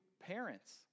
parents